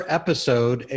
episode